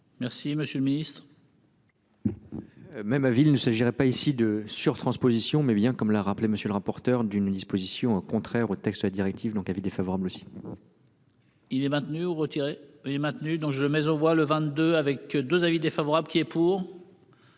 Merci, monsieur le Ministre. Même avis, il ne s'agirait pas ici de sur-transpositions mais bien comme l'a rappelé monsieur le rapporteur d'une disposition contraire aux textes la directive donc avis défavorable aussi.-- Il est maintenu ou retiré et maintenu donc je mais on voit le 22 avec 2 avis défavorable qui est pour.--